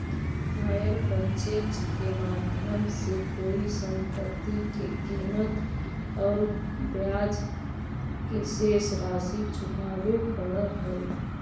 hire purchase के माध्यम से कोई संपत्ति के कीमत औउर ब्याज के शेष राशि चुकावे पड़ऽ हई